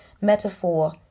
metaphor